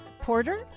Porter